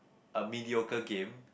a mediocre game